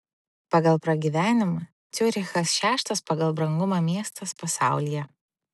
pagal pragyvenimą ciurichas šeštas pagal brangumą miestas pasaulyje